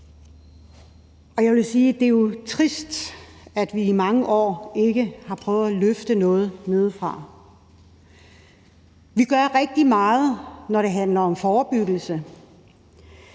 Det er jo trist, at vi i mange år ikke har prøvet at løfte noget nedefra. Vi gør rigtig meget, når det handler om forebyggelse,